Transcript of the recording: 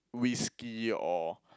whiskey or